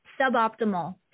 suboptimal